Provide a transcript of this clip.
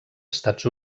estats